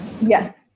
Yes